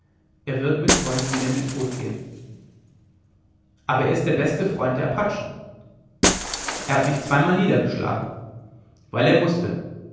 er wird mit euch wieder in den tod gehen aber er ist der beste freund der apachen er hat mich zweimal niedergeschlagen weil er mußte